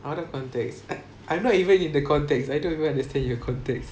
out of context I I'm not even in the context I don't even understand your context